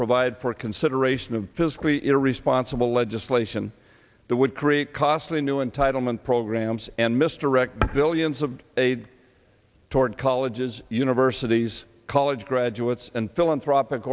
provide for consideration of physically in a responsible legislation that would create costly new entitlement programs and mr recht billions of aid toward colleges universities college graduates and philanthropic